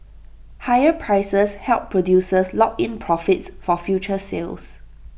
higher prices help producers lock in profits for future sales